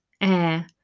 air